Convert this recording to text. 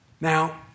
Now